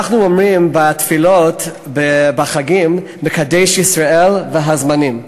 אנחנו אומרים בתפילות בחגים "מקדש ישראל והזמנים".